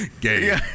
Gay